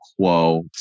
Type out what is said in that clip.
quo